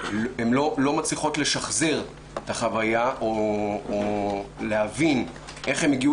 הן לא מצליחות לשחזר את החוויה או להבין איך הן הגיעו